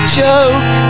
joke